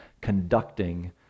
conducting